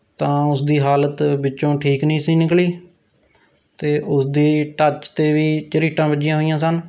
ਤਾਂ ਉਸਦੀ ਹਾਲਤ ਵਿੱਚੋਂ ਠੀਕ ਨਹੀਂ ਸੀ ਨਿਕਲੀ ਅਤੇ ਉਸਦੀ ਟੱਚ 'ਤੇ ਵੀ ਝਰੀਟਾਂ ਵੱਜੀਆਂ ਹੋਈਆ ਸਨ